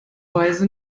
weise